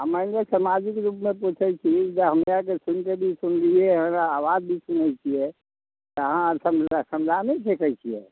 आ मानि लिअ समाजिक रूपमे पुछै छी जे हमराके सुनलियै हँ आवाज भी सुनै छियै तऽ अहाँ आर सभ मिलकऽ समझा नहि सकै छियै